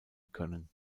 können